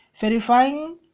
verifying